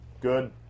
Good